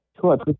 Cool